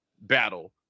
battle